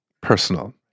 personal